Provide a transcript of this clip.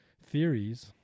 Theories